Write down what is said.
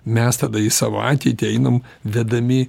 mes tada į savo ateitį einam vedami